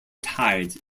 tides